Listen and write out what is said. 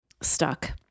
stuck